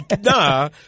nah